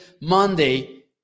Monday